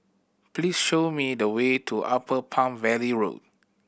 please show me the way to Upper Palm Valley Road